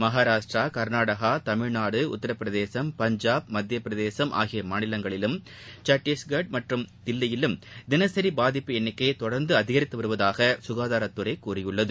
மகாராஷ்ட்ரா கர்நாடகா தமிழ்நாடு உத்தரபிரதேசம் பஞ்சாப் மத்திய பிரகேதம் ஆகிய மாநிலங்களிலும் சத்தீஸ்கர் மற்றும் தில்லியிலும் தினசரி பாதிப்பு எண்ணிக்கை தொடர்ந்து அதிகரித்து வருவதாக சுகாதாரத்துறை கூறியுள்ளது